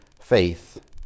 faith